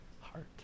heart